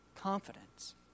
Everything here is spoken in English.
confidence